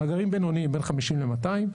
מאגרים בינוניים בין 500 ל-200,